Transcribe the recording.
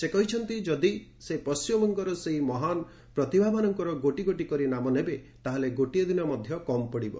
ସେ କହିଛନ୍ତି ଯଦି ସେ ପଣ୍ଢିମବଙ୍ଗର ସେହି ମହାନ୍ ପ୍ରତିଭାମାନଙ୍କର ଗୋଟି ଗୋଟି କରି ନାମ ନେବେ ତା'ହେଲେ ଗୋଟିଏ ଦିନ ମଧ୍ୟ କମ୍ ପଡ଼ିବ